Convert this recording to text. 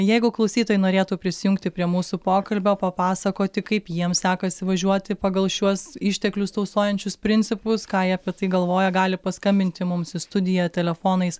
jeigu klausytojai norėtų prisijungti prie mūsų pokalbio papasakoti kaip jiems sekasi važiuoti pagal šiuos išteklius tausojančius principus ką jie apie tai galvoja gali paskambinti mums į studiją telefonais